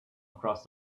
across